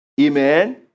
Amen